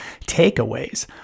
takeaways